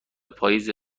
پاییز